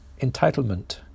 entitlement